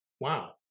wow